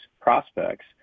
prospects